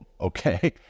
okay